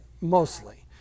Mostly